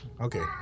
Okay